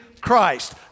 Christ